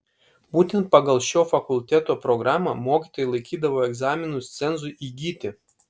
būtent pagal šio fakulteto programą mokytojai laikydavo egzaminus cenzui įgyti